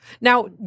Now